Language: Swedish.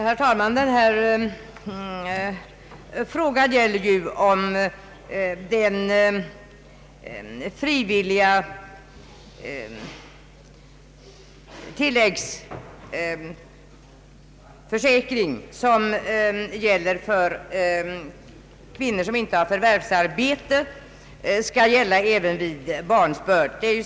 Eerr talman! Den här frågan avser om den frivilliga tilläggsförsäkringen för kvinnor som inte har förvärvsarbete skall gälla även vid barnsbörd.